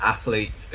Athlete